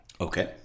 Okay